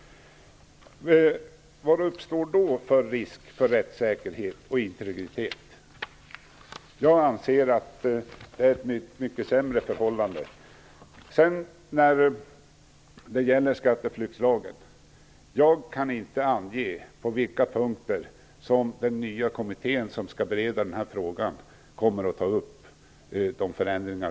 Vilken risk uppstår då för brist på rättssäkerhet och integritet? Jag anser att det är ett mycket sämre förhållande. När det gäller skatteflyktslagen kan jag inte ange på vilka punkter som den nya kommitté som skall bereda denna fråga kommer att ta upp förändringar.